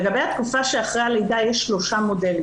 לגבי התקופה שאחרי הלידה, יש שלושה מודלים.